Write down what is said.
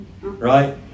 right